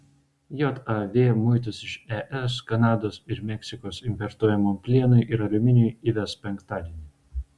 jav muitus iš es kanados ir meksikos importuojamam plienui ir aliuminiui įves penktadienį